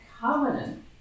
covenant